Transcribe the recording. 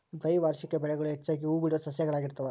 ದ್ವೈವಾರ್ಷಿಕ ಬೆಳೆಗಳು ಹೆಚ್ಚಾಗಿ ಹೂಬಿಡುವ ಸಸ್ಯಗಳಾಗಿರ್ತಾವ